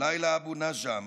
לילא אבו נג'ם,